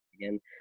again